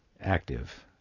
active